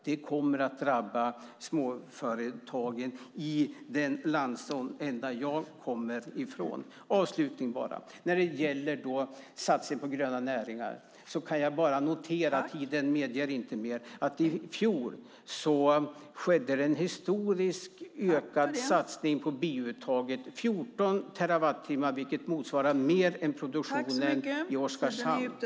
Det kommer att drabba småföretagen i den landsända jag kommer ifrån. När det gäller satsning på gröna näringar kan jag bara notera - tiden medger inte mer - att det i fjol skedde en historisk ökad satsning på biouttaget med 14 terawattimmar, vilket motsvarar mer än produktionen i Oskarshamn.